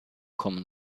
common